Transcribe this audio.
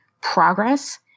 progress